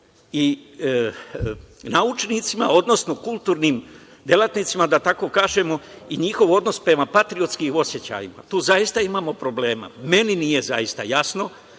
i naučnicima, odnosno kulturnim delatnicima, da tako kažemo i njihov odnos prema patriotski osećajnim. Tu zaista imamo problema. Meni nije zaista jasno